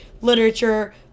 literature